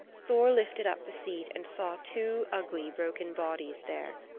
thor lifted up the seat and saw two ugly, broken bodies there.